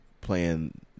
Playing